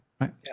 right